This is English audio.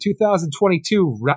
2022